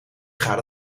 gaat